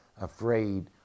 afraid